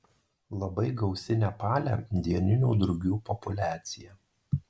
labai gausi nepale dieninių drugių populiacija